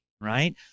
right